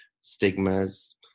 stigmas